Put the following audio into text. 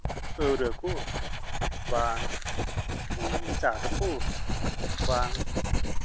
ᱯᱟᱹᱣᱨᱟᱹ ᱠᱚ ᱵᱟ ᱪᱟᱴ ᱠᱚ ᱵᱟᱝ